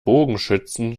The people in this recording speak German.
bogenschützen